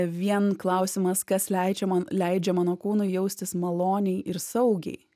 vien klausimas kas leidžia man leidžia mano kūnui jaustis maloniai ir saugiai